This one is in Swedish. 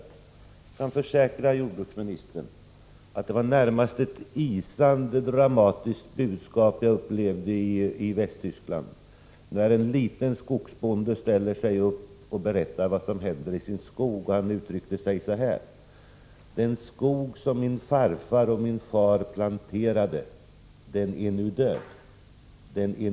Jag kan försäkra jordbruksministern att jag upplevde ett närmast isande dramatiskt budskap i Västtyskland när en liten skogsbonde ställde sig upp och berättade vad som hände i hans skog. Han uttryckte sig så här: Den skog som min farfar och min far planterade är nu död.